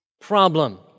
problem